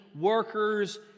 workers